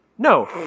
No